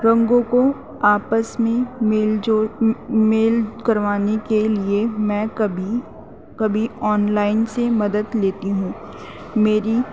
رنگوں کو آپس میں میل جول میل کروانے کے لیے میں کبھی کبھی آن لائن سے مدد لیتی ہوں میری